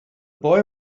boy